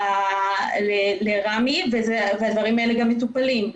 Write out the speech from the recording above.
לרמ"י והדברים האלה גם מטופלים.